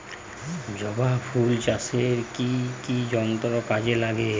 জবা ফুল চাষে কি কি যন্ত্র কাজে লাগে?